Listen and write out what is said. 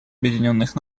объединенных